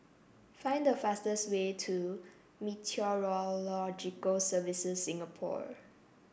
find the fastest way to Meteorological Services Singapore